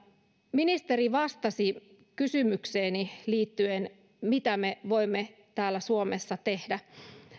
ministeri vastasi kysymykseeni liittyen mitä me voimme täällä suomessa tehdä